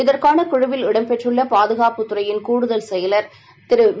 இதற்கான குழுவில் இடம் பெற்றுள்ள பாதுகாப்புத் துறையின் கூடுதல் செயலர் வி